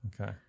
Okay